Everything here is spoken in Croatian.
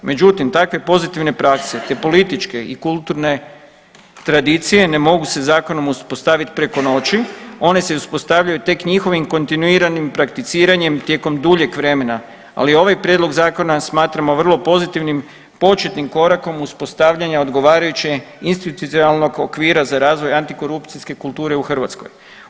Međutim takve pozitivne prakse, te političke i kulturne tradicije ne mogu se zakonom uspostavit preko noći, one se uspostavljaju tek njihovim kontinuiranim prakticiranjem tijekom duljeg vremena, ali ovaj prijedlog zakona smatramo vrlo pozitivnim početnim korakom uspostavljanja odgovarajuće institucionalnog okvira za razvoj antikorupcijske kulture u Hrvatskoj.